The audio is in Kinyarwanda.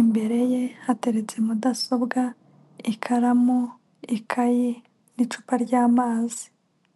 imbere ye hateretse mudasobwa, ikaramu, ikayi n'icupa ry'amazi.